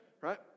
right